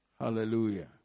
Hallelujah